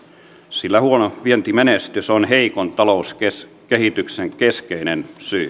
sillä huono vientimenestys on heikon talouskehityksen keskeinen syy